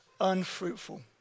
unfruitful